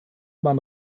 man